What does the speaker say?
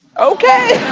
okay